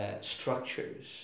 structures